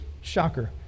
Shocker